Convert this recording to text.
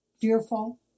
fearful